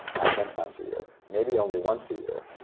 not ten times a year, maybe only once a year,